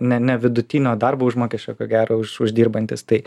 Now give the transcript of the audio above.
ne ne vidutinio darbo užmokesčio ko gero uždirbantys tai